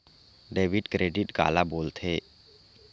Debit credit काला बोल थे?